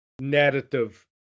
narrative